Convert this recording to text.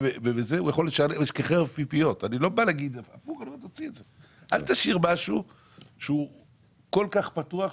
אל תשאיר משהו כל כך פתוח.